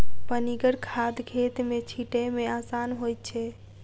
पनिगर खाद खेत मे छीटै मे आसान होइत छै